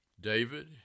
David